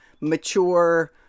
mature